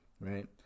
right